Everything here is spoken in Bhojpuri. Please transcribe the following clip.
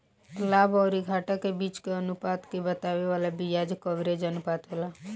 लाभ अउरी घाटा के बीच के अनुपात के बतावे वाला बियाज कवरेज अनुपात होला